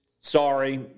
Sorry